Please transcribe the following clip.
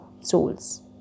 souls